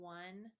one